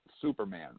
Superman